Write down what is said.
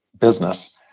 business